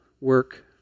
work